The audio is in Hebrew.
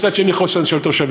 מצד אחר חוסן של תושבים.